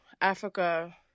Africa